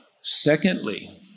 Secondly